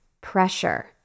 pressure